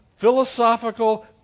philosophical